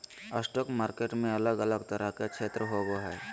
stock market में अलग अलग तरह के क्षेत्र होबो हइ